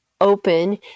open